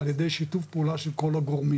על ידי שיתוף פעולה של כל הגורמים.